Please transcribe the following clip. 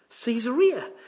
Caesarea